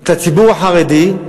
את הציבור החרדי,